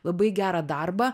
labai gerą darbą